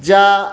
ज्या